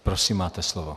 Prosím máte slovo.